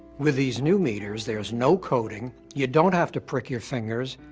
with these new meters, there's no coding, you don't have to prick your fingers,